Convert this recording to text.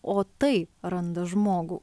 o tai randa žmogų